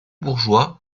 bourgeois